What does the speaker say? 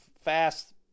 fast